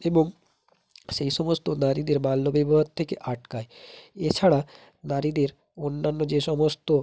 এবং সেই সমস্ত নারীদের বাল্যবিবাহর থেকে আটকায় এছাড়া নারীদের অন্যান্য যে সমস্ত